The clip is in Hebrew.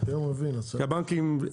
כי הבנקים,